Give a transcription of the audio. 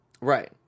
Right